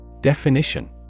Definition